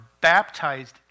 baptized